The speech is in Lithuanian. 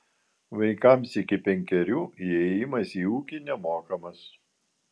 vaikams iki penkerių įėjimas į ūkį nemokamas